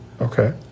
Okay